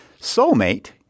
soulmate